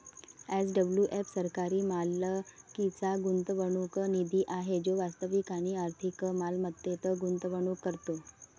SWF सरकारी मालकीचा गुंतवणूक निधी आहे जो वास्तविक आणि आर्थिक मालमत्तेत गुंतवणूक करतो